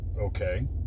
Okay